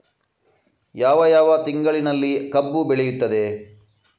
ಯಾವ ಯಾವ ತಿಂಗಳಿನಲ್ಲಿ ಕಬ್ಬು ಬೆಳೆಯುತ್ತದೆ?